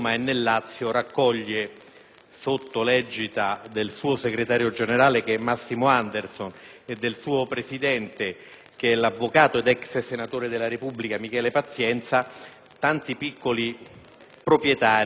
sotto l'egida del suo segretario generale, che è Massimo Anderson, e del suo presidente, che è l'avvocato ed ex senatore della Repubblica Michele Pazienza, tanti piccoli proprietari che